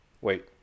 wait